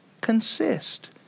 consist